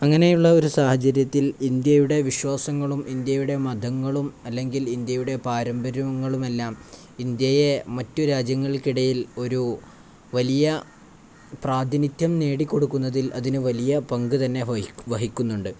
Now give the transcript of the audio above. അങ്ങനെയുള്ള ഒരു സാഹചര്യത്തിൽ ഇന്ത്യയുടെ വിശ്വാസങ്ങളും ഇന്ത്യയുടെ മതങ്ങളും അല്ലെങ്കിൽ ഇന്ത്യയുടെ പാരമ്പര്യങ്ങളുമെല്ലാം ഇന്ത്യയെ മറ്റു രാജ്യങ്ങൾക്കിടയിൽ ഒരു വലിയ പ്രാതിനിധ്യം നേടിിക്കൊടുക്കുന്നതിൽ അതിനു വലിയ പങ്കു തന്നെ വഹിക്കുന്നുണ്ട്